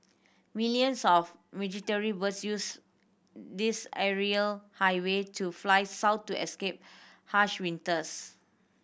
millions of migratory birds use this aerial highway to fly south to escape harsh winters